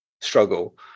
struggle